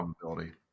probability